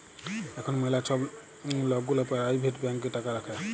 এখল ম্যালা ছব লক গুলা পারাইভেট ব্যাংকে টাকা রাখে